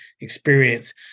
experience